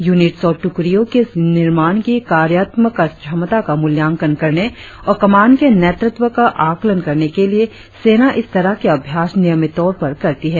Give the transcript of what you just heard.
units और टुकड़ियों के निर्माण की कार्यात्म का क्षमता का मूल्यांकन करने और कमान के नेतत्व का आकलन करने के लिए सेना इस तरह के अभ्यास नियमित तौर पर करती है